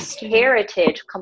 heritage